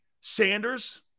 Sanders